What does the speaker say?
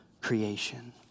creation